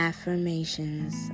Affirmations